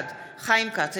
בעד חיים כץ,